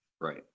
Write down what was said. Right